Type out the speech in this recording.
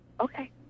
Okay